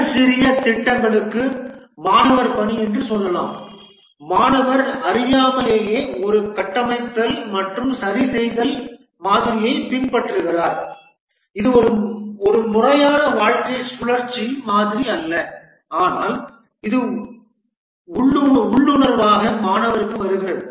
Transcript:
மிகச் சிறிய திட்டங்களுக்கு மாணவர் பணி என்று சொல்லலாம் மாணவர் அறியாமலேயே ஒரு கட்டமைத்தல் மற்றும் சரிசெய்தல் மாதிரியைப் பின்பற்றுகிறார் இது ஒரு முறையான வாழ்க்கைச் சுழற்சி மாதிரி அல்ல ஆனால் இது உள்ளுணர்வாக மாணவருக்கு வருகிறது